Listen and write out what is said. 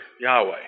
Yahweh